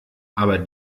aber